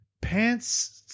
pants